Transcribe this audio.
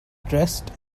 dressed